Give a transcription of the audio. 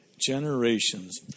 Generations